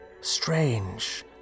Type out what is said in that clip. strange